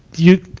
you,